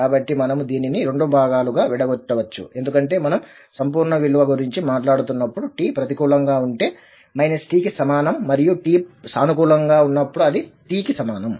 కాబట్టి మనము దీనిని రెండు భాగాలుగా విడగొట్టవచ్చు ఎందుకంటే మనం సంపూర్ణ విలువ గురించి మాట్లాడుతున్నప్పుడు t ప్రతికూలంగా ఉంటే t కి సమానం మరియు t సానుకూలంగా ఉన్నప్పుడు ఇది t కి సమానం